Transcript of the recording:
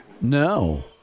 No